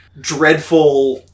dreadful